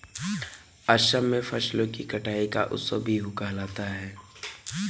असम में फसलों की कटाई का उत्सव बीहू कहलाता है